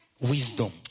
wisdom